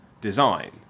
design